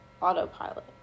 autopilot